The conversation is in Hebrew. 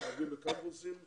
בקמפוסים הרגילים,